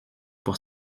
pour